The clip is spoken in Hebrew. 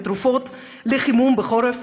תרופות וחימום בחורף,